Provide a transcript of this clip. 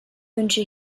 wünsche